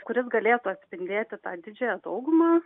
kuris galėtų atspindėti tą didžiąją daugumą